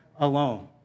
alone